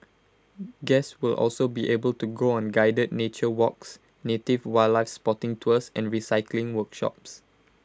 guests will also be able to go on guided nature walks native wildlife spotting tours and recycling workshops